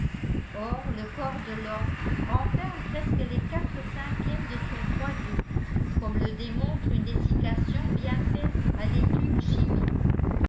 or le corps de l'homme renferme presque les quatre cinquièmes de son poids d'eau comme le démontre une dessiccation bien faite à l'étuve chimique